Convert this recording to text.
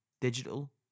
digital